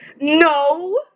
no